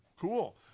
Cool